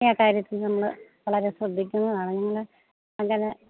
A കാര്യത്തിലും ഞങ്ങള് വളരെ ശ്രദ്ധിക്കുന്നതാണ് ഞങ്ങള് അങ്ങനെ